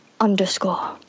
underscore